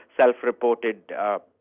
self-reported